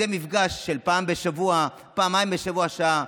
זה מפגש של פעם אחת בשבוע, פעמיים בשבוע, שעה.